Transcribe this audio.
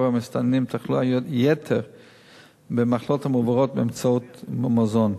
המסתננים תחלואת יתר במחלות המועברות באמצעות מזון.